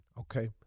Okay